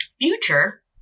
future